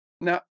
Now